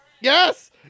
Yes